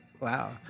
wow